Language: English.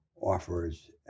offers